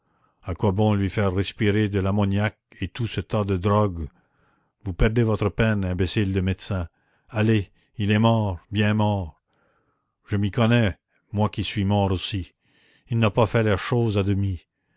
à quoi bon lui faire respirer de l'ammoniaque et tout ce tas de drogues vous perdez votre peine imbécile de médecin allez il est mort bien mort je m'y connais moi qui suis mort aussi il n'a pas fait la chose à demi